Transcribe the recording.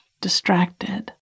distracted